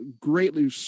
greatly